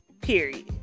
period